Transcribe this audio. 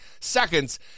seconds